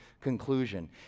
conclusion